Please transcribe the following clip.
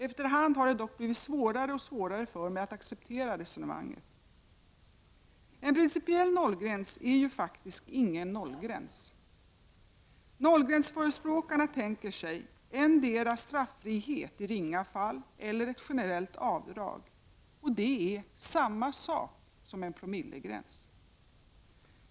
Efter hand har det dock blivit svårare och svårare för mig att acceptera resonemanget. En principiell nollgräns är ju faktiskt ingen nollgräns. Nollgränsförespråkarna tänker sig endera straffrihet i ringa fall eller ett generellt avdrag. Det är samma sak som en promillegräns.